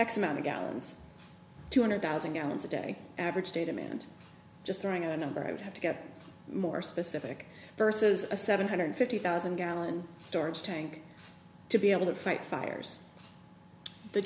x amount of gallons two hundred thousand gallons a day average day demand just during a number i would have to get more specific versus a seven hundred fifty thousand gallon storage tank to be able to fight fires the